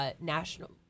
national